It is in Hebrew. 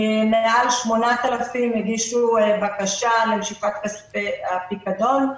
מעל 8,000 הגישו בקשה למשיכת כספי הפיקדון.